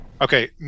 Okay